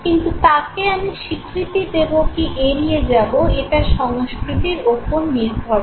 কিন্তু তাকে আমি স্বীকৃতি দেবো কি এড়িয়ে যাবো এটা সংস্কৃতির ওপর নির্ভর করে